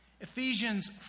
Ephesians